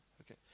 Okay